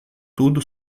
tudo